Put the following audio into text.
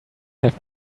have